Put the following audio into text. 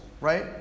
right